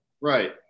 right